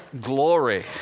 glory